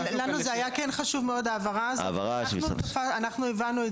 אבל לנו זה היה כן חשוב לקבל את ההבהרה הזאת.